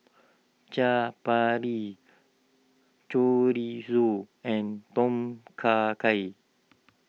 Chaat Papri Chorizo and Tom Kha Gai